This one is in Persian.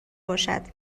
بشود